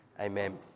Amen